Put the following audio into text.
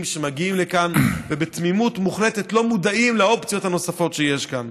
שמגיעים לפה ובתמימות מוחלטת לא מודעים לאופציות הנוספות שיש כאן.